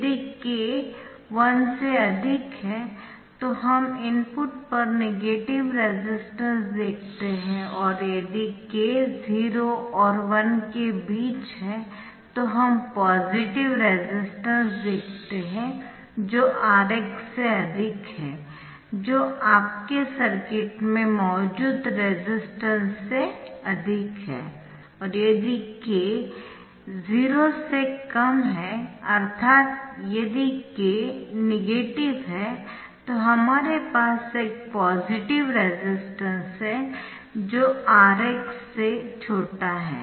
यदि k 1 से अधिक है तो हम इनपुट पर नेगेटिव रेसिस्टेंस देखते है और यदि k 0 और 1 के बीच है तो हम पॉजिटिव रेसिस्टेंस देखते है जो Rx से अधिक है जो आपके सर्किट में मौजूद रेसिस्टेंस से अधिक है और यदि k0 अर्थात यदि k नेगेटिव है तो हमारे पास एक पॉजिटिव रेसिस्टेंस है जो Rx से छोटा है